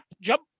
jump